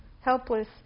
helpless